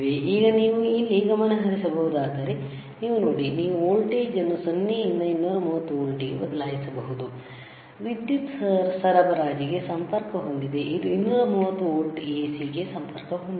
ಈಗ ನೀವು ಇಲ್ಲಿ ಗಮನಹರಿಸಬಹುದಾದರೆ ನೀವು ನೋಡಿ ನೀವು ವೋಲ್ಟೇಜ್ ಅನ್ನು 0 ರಿಂದ 230 ವೋಲ್ಟ್ಗಳಿಗೆ ಬದಲಾಯಿಸಬಹುದು ವಿದ್ಯುತ್ ಸರಬರಾಜಿಗೆ ಸಂಪರ್ಕ ಹೊಂದಿದೆ ಇದು 230 ವೋಲ್ಟ್ AC ಗೆ ಸಂಪರ್ಕಗೊಂಡಿದೆ